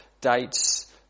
dates